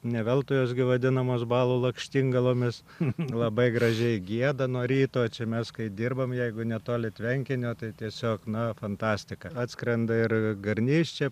ne veltui jos gi vadinamos balų lakštingalomis labai gražiai gieda nuo ryto čia mes kai dirbam jeigu netoli tvenkinio tai tiesiog na fantastika atskrenda ir garnys čia